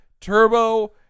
Turbo